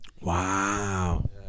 wow